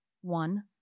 one